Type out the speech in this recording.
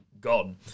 gone